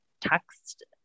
text